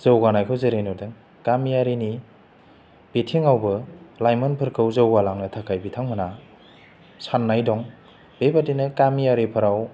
जौगानायखौ जेरै नुदों गामियारिनि बिथिङावबो लाइमोनफोरखौ जौगालांनो थाखाय बिथांमोनहा साननाय दं बेबायदिनो गामियारिफोराव